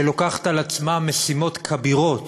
שלוקחת על עצמה משימות כבירות